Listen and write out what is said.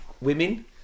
women